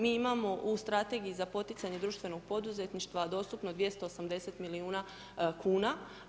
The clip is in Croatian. Mi imamo u strategiji za poticanje društvenu poduzetništva dostupno 280 milijuna kuna.